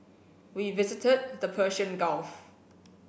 we visited the Persian Gulf